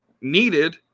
needed